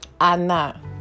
Ana